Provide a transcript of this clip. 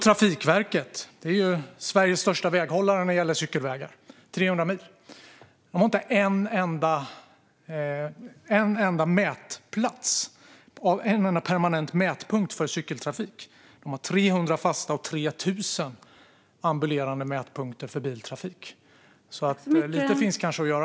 Trafikverket är Sveriges största väghållare när det gäller cykelvägar - 300 mil - har inte en enda permanent mätpunkt för cykeltrafik. De har 300 fasta och 3 000 ambulerande mätpunkter för biltrafik. Därför finns det kanske lite att göra.